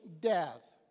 death